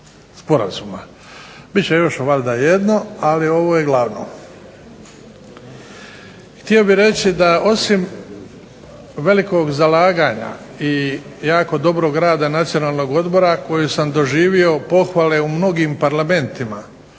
sporazuma. Bit će još valjda jedno, ali ovo je glavno. Htio bih reći da osim velikog zalaganja i jako dobrog rada Nacionalnog odbora koji sam doživio pohvale u mnogim parlamentima